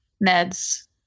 Ned's